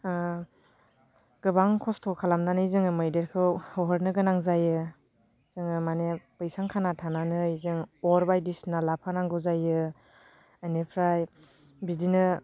गोबां खस्थ' खालामनानै जोङो मैदेरखौ होहरनो होनां जायो जोङो माने बैसां खाना थानानै जों अर बायदिसिना लाफानांगौ जायो इनिफ्राय बिदिनो